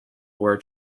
were